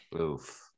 Oof